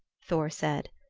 thor said.